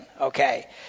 okay